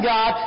God